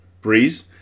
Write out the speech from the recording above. Breeze